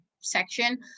section